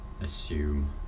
assume